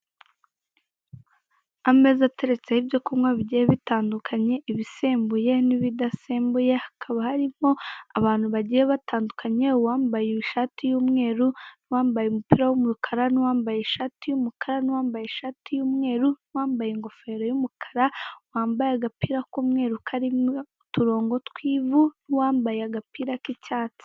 Ameza ateretseho ibyo kunywa bigiye bitandukanye; ibisembuye n'ibidasembuye hakaba harimo abantu bagiye batandukanye, uwambaye ishati y'umweru wambaye umupira w'umukara n'uwambaye ishati y'umukara n'uwambaye ishati y'umweru, wambaye ingofero y'umukara, wambaye agapira k'umweru karimo uturongo tw'ivu n'uwambaye agapira k'icyatsi.